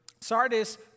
Sardis